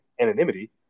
anonymity